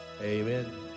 Amen